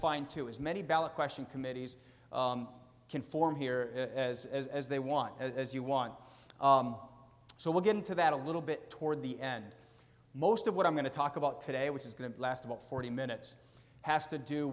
fine too as many ballot question committees conform here as as they want as you want so we'll get into that a little bit toward the end most of what i'm going to talk about today which is going to last about forty minutes has to do